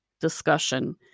discussion